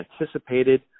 anticipated